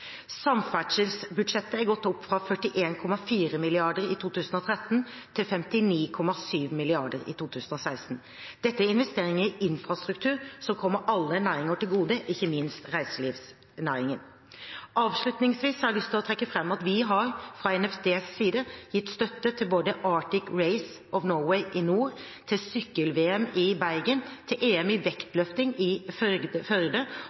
Samferdselsbudsjettet har gått opp fra 41,4 mrd. kr i 2013 til 59,7 mrd. kr i 2016. Dette er investering i infrastruktur som kommer alle næringer til gode, ikke minst reiselivsnæringen. Avslutningsvis har jeg lyst til å trekke fram at vi fra Nærings- og fiskeridepartementets side har gitt støtte til både Arctic Race of Norway i nord og sykkel-VM i Bergen til EM i vektløfting i Førde